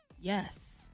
Yes